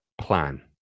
plan